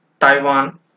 Taiwan